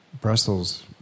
Brussels